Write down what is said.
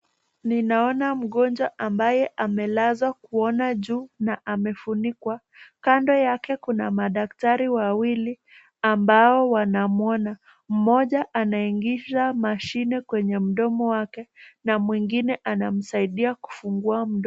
Ninaona mgonjwa ambaye amelazwa kuona juu na amefunikwa. Kando yake kuna madaktari wawili ambao wanamuona. Mmoja anaingisha mashine kwenye mdomo wake na mwingine anamsaidia kufungua mdomo.